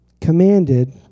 commanded